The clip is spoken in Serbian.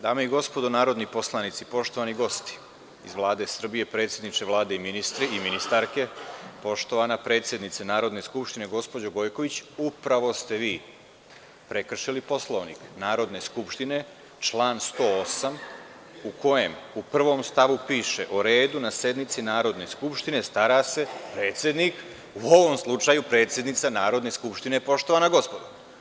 Dame i gospodo narodni poslanici, poštovani gosti iz Vlade Srbije, predsedniče Vlade i ministri i ministarke, poštovana predsednice Narodne skupštine gospođo Gojković, upravo ste vi prekršili Poslovnik Narodne skupštine, član 108. u kojem u prvom stavu piše – o redu na sednici Narodne skupštine stara se predsednik, a u ovom slučaju predsednica Narodne skupštine, poštovana gospodo.